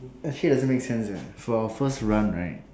actually doesn't make sense eh for our first run right